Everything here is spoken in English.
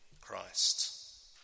Christ